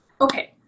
okay